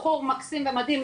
בחור מקסים ומדהים,